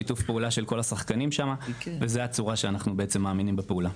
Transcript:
שיתוף שפעולה של השחקנים שם וזה הצורה שאנחנו בעצם מאמינים בפעולה.